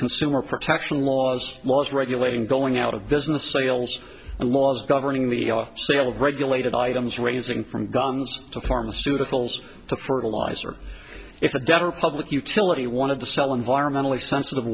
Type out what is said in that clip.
consumer protection laws laws regulating going out of business sales and laws governing the sale of regulated items raising from guns to pharmaceuticals to fertilizer if the denver public utility wanted to sell environmentally sensitive